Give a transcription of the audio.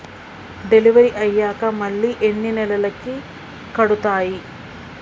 Delivery అయ్యాక మళ్ళీ ఎన్ని నెలలకి కడుతాయి?